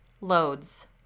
loads